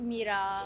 Mira